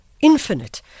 infinite